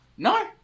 No